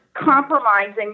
compromising